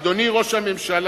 אדוני ראש הממשלה,